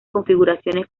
configuraciones